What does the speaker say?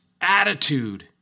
attitude